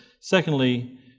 secondly